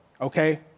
Okay